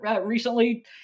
recently